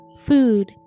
food